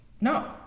No